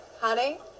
Honey